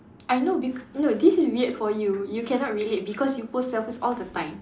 I know bec~ no this is weird for you you cannot relate because you post selfies all the time